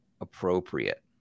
appropriate